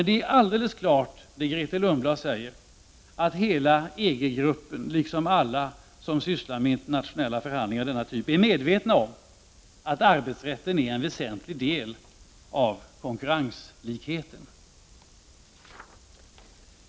Det är alldeles klart, som Grethe Lundblad säger, att hela EG-gruppen, liksom alla som sysslar med internationella förhandlingar av denna typ, är medveten om att arbetsrätten är en väsentlig del av konkurrenslikheten.